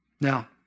Now